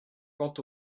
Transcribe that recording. quant